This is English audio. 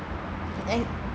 I